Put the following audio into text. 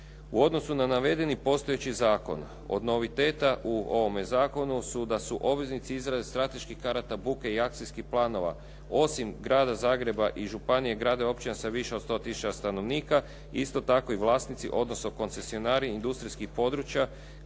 U odnosu na navedeni postojeći zakon od noviteta u ovome zakonu su da su obveznici izrade strateških karata buke i akcijskih planova osim Grada Zagreba i županije i gradova i općina sa više od 100 tisuća stanovnika, isto tako i vlasnici, odnosno koncesionari industrijskih područja,